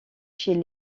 chez